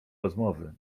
rozmowy